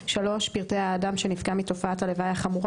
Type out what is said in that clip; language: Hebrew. (3) פרטי האדם שנפגע מתופעת הלוואי החמורה,